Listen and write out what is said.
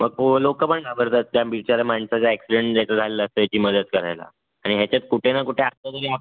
मग लोकं पण घाबरतात त्या बिचाऱ्या माणसाचं ॲक्सिडंट ज्याचं झालेलं असतं त्याची मदत करायला आणि ह्याच्यात कुठे ना कुठे